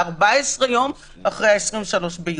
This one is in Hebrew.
14 יום אחרי 23 ביוני.